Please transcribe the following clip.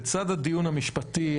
לצד הדיון המשפטי,